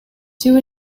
two